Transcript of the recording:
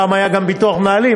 פעם היה גם ביטוח מנהלים,